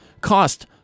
Cost